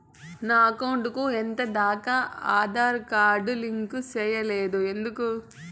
నా అకౌంట్ కు ఎంత దాకా ఆధార్ కార్డు లింకు సేయలేదు ఎందుకు